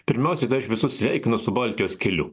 pirmiausia tai aš visus sveikinu su baltijos keliu